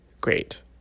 Great